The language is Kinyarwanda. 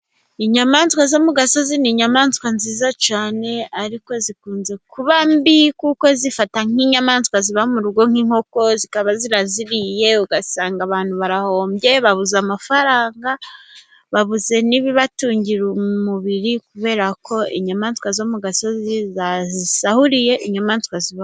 Inyamaswa zo mu gasozi ni inyamaswa nziza cyane, ariko zikunze kuba mbi kuko zifata nk'inyamaswa ziba mu rugo nk'inkoko, zikaba ziraziriye, ugasanga abantu barahombye, babuze amafaranga, babuze n'ibibatungira umubiri, kubera ko inyamaswa zo mu gasozi, zazisahuriye inyamaswa ziba....